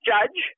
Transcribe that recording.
Judge